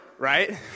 Right